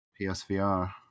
PSVR